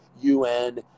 UN